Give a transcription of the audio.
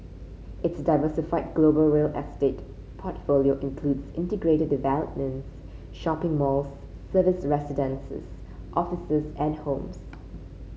its diversified global real estate portfolio includes integrated developments shopping malls serviced residences offices and homes